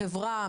חברה,